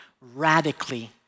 radically